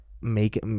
make